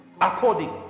According